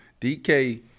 DK